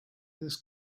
this